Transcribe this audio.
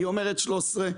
היא אומרת 13,